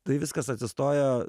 tai viskas atsistojo